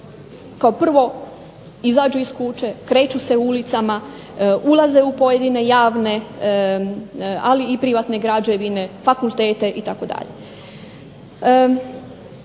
kao prvo izađu iz kuće, kreću se ulicama, ulaze u pojedine javne, ali i privatne građevine, fakultete itd.